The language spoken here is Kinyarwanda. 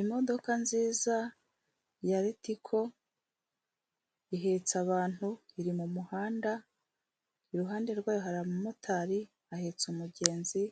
Imodoka nziza ya ritiko ihetse abantu iri mumuhanda, iruhande rwayo hari motari ahetse umugenzi;